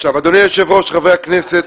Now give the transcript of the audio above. אדוני היושב-ראש, חברי הכנסת,